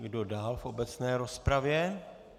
Kdo dál v obecné rozpravě?